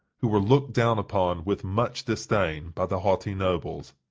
who were looked down upon with much disdain by the haughty nobles.